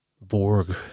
Borg